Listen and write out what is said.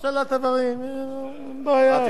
השתלת איברים, אין בעיה.